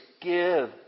Give